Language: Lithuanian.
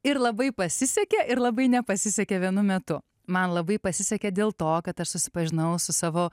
ir labai pasisekė ir labai nepasisekė vienu metu man labai pasisekė dėl to kad aš susipažinau su savo